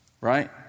right